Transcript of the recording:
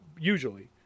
usually